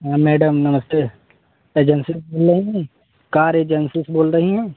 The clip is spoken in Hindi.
हाँ मैडम नमस्ते एजेंसी से बोल रहीं हैं कार एजेंसी से बोल रहीं हैं